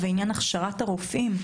ועניין הכשרת הרופאים,